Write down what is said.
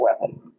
weapon